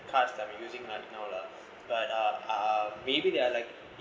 cards that we're using now lah but uh uh maybe they are like